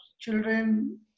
children